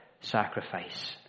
sacrifice